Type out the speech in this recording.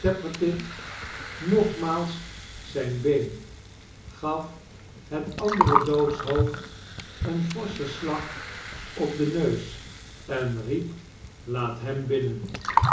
nogmaals zijr been gaf het andere doodshoofd een forschen slag op den neus en riep laat hem binnen